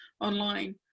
online